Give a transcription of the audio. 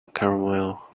caramel